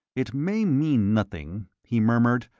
it may mean nothing, he murmured,